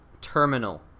Terminal